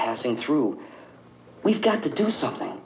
passing through we've got to do something